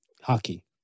hockey